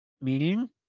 meaning